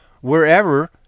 wherever